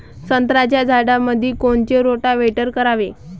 संत्र्याच्या झाडामंदी कोनचे रोटावेटर करावे?